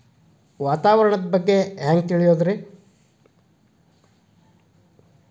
ವಾತಾವರಣದ ಬಗ್ಗೆ ಹ್ಯಾಂಗ್ ತಿಳಿಯೋದ್ರಿ?